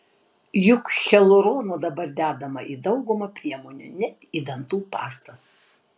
juk hialurono dabar dedama į daugumą priemonių net į dantų pastą